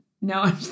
No